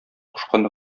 кушканны